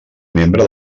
membre